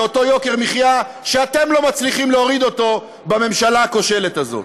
אותו יוקר מחיה שאתם לא מצליחים להוריד אותו בממשלה הכושלת הזאת.